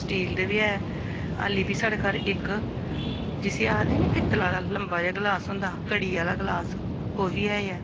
steel दे बी ऐ हल्ली बी साढ़े घर इक जिसी आखदे न पित्तला दा लंबा जेहा गलास होंदा कड़ी आह्ला गलास ओह् बी ऐ